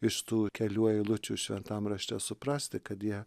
iš tų kelių eilučių šventam rašte suprasti kad jie